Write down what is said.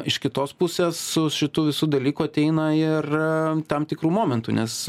iš kitos pusės su šitu visu dalyku ateina ir tam tikrų momentų nes